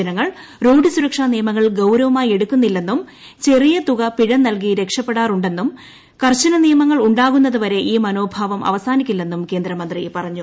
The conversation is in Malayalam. ജനങ്ങൾ റോഡ് സുരക്ഷാ നിയമങ്ങൾ ഗൌരവമായി എടുക്കുന്നില്ലെന്നും ചെറിയ തുക പിഴ നൽകി രക്ഷപ്പെടാറുണ്ടെന്നും കർശന നിയമങ്ങൾ ഉണ്ടാകുന്നതുവരെ ഈ മനോഭാവം അവസാനിക്കില്ലെന്നും കേന്ദ്രമന്ത്രി പറഞ്ഞു